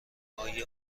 های